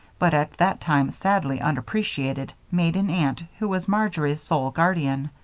but at that time sadly unappreciated, maiden aunt who was marjory's sole guardian